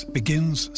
begins